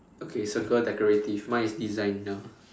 okay circle decorative mine is designer